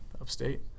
upstate